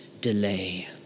delay